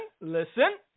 listen